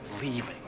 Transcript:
leaving